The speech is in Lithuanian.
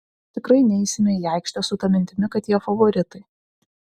tikrai neisime į aikštę su ta mintimi kad jie favoritai